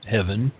Heaven